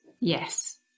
yes